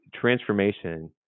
transformation